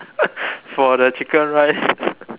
for the chicken rice